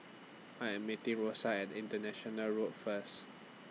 I Am meeting Rosa At International Road First